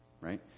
Right